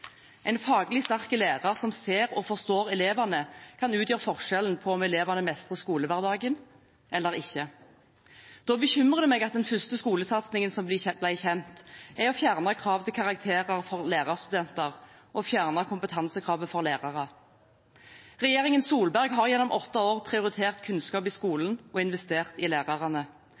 En faglig sterk lærer som ser og forstår elevene, kan utgjøre forskjellen på om elevene mestrer skolehverdagen eller ikke. Da bekymrer det meg at den første skolesatsingen som ble kjent, var å fjerne krav til karakterer for lærerstudenter og å fjerne kompetansekravet for lærere. Regjeringen Solberg har gjennom åtte år prioritert kunnskap i skolen og investert i lærerne.